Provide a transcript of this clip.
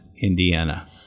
Indiana